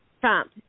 Trump